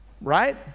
right